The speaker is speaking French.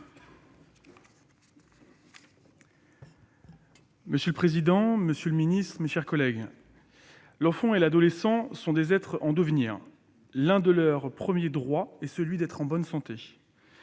Monsieur le président, monsieur le secrétaire d'État, mes chers collègues, l'enfant et l'adolescent sont des êtres en devenir. L'un de leurs premiers droits est celui d'être en bonne santé.